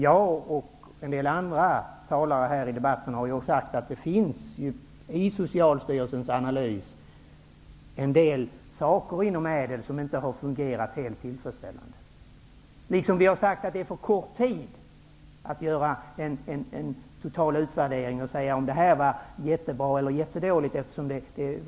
Jag och en del andra talare i debatten har sagt att Socialstyrelsen i sin analys har påpekat att det inom ÄDEL-reformen finns en del som inte har fungerat helt tillfredsställande. Vi har också sagt att det har gått för kort tid för att man skall kunna göra en total utvärdering och avgöra om reformen var jättebra eller jättedålig.